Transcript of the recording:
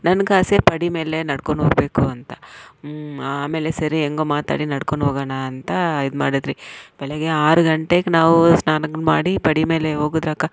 ನನಗಾಸೆ ಪಡಿ ಮೇಲೆ ನಡ್ಕೊಂಡೋಗ್ಬೇಕು ಅಂತ ಹ್ಞೂ ಆಮೇಲೆ ಸರಿ ಹೆಂಗೋ ಮಾತಾಡಿ ನಡ್ಕೊಂಡೋಗೋಣ ಅಂತ ಇದ್ಮಾಡಿದ್ವಿ ಬೆಳಗ್ಗೆ ಆರು ಗಂಟೆಗೆ ನಾವು ಸ್ನಾನ ಮಾಡಿ ಪಡಿ ಮೇಲೆ ಹೋದ್ರಕ್ಕ